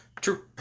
True